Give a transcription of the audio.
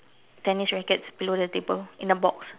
tennis rackets below the table in the box